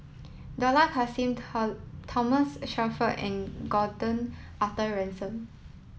Dollah Kassim Thomas Shelford and Gordon Arthur Ransome